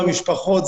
למשפחות,